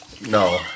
No